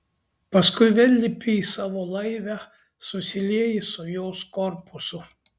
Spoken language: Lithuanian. paskui vėl lipi į savo laivę susilieji su jos korpusu